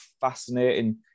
fascinating